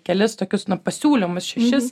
kelis tokius pasiūlymus šešis